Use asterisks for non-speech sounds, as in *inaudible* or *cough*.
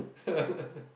*laughs*